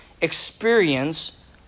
experience